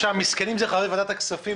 המסכנים הם חברי ועדת הכספים,